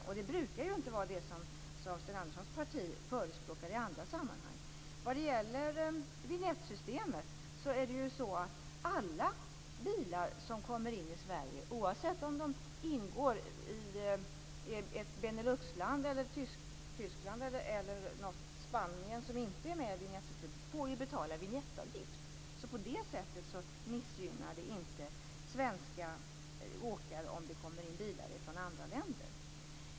Och det brukar inte vara det som Sten Anderssons parti förespråkar i andra sammanhang. Alla bilar som kommer in i Sverige, oavsett om de kommer från ett Beneluxland, Tyskland eller Spanien, som inte är med i Eurovinjettsystemet, får betala vinjettavgift. På det sättet missgynnar det inte svenska åkare om det kommer in bilar från andra länder.